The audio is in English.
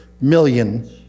million